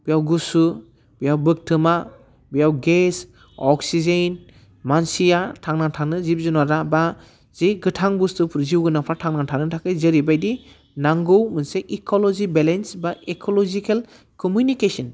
बेयाव गुसु बेयाव बोगथोमा बेयाव गेस अक्सिजेन मानसिया थांना थानो जिब जुनारा बा जे गोथां बुस्थुफोर जिउ गोनांफ्रा थांना थानो थाखै जेरैबायदि नांगौ मोनसे इक'लजि बेलेन्स बा इक'लजिकेल कमिउनिकेसन